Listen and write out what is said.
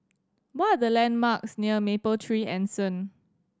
what are the landmarks near Mapletree Anson